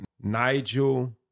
Nigel